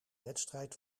wedstrijd